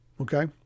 okay